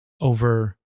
over